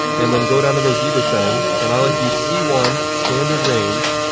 and then go down to those zebra settings, and i like to use c one, standard range.